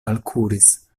alkuris